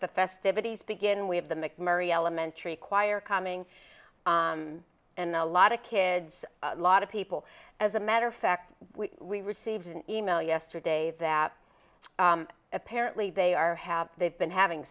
the festivities begin with the mcmurry elementary choir coming and a lot of kids a lot of people as a matter of fact we received an e mail yesterday that apparently they are have they've been having